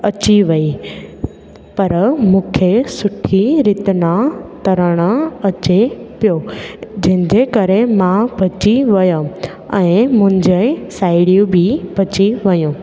अची वेई पर मूंखे सुठी रीतना तरण अचे पियो जंहिंजे करे मां बची वियमि ऐं मुंहिंजी साहेड़ियूं बि बची वेयूं